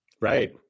Right